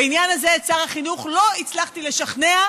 בעניין הזה את שר החינוך לא הצלחתי לשכנע,